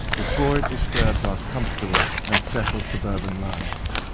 before it disturbs our comfortable and settled suburban lives.